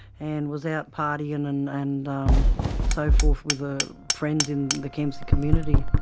and was out partying and and um so forth with ah friends in the kempsey community.